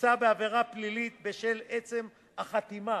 יישא בעבירה פלילית בשל עצם החתימה